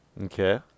okay